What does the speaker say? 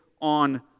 on